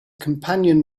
companion